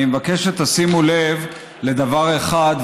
אני מבקש שתשימו לב לדבר אחד,